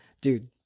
Dude